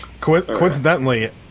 Coincidentally